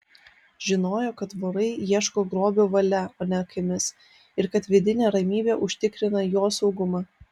žinojo kad vorai ieško grobio valia o ne akimis ir kad vidinė ramybė užtikrina jo saugumą